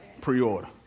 pre-order